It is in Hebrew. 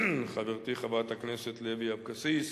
חברתי חברת הכנסת לוי אבקסיס,